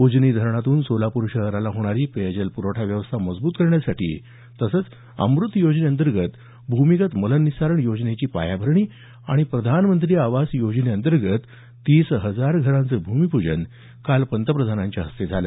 उजनी धरणातून सोलापूर शहराला होणारी पेयजल प्रवठा व्यवस्था मजब्रत करण्यासाठी तसंच अमृत योजनेंतर्गत भूमिगत मलनिस्सारण योजनेची पायाभरणी आणि प्रधानमंत्री आवास योजनेंतर्गत तीस हजार घरांचं भूमीपूजन काल पंतप्रधानांच्या हस्ते झालं